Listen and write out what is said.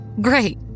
great